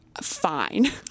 Fine